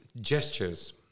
gestures